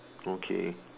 okay